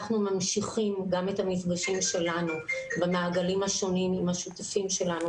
אנחנו ממשיכים גם את המפגשים שלנו במעגלים השונים עם השותפים שלנו,